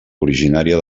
originària